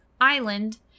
Island